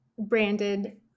Branded